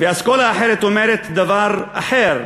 ואסכולה אחרת אומרת דבר אחר,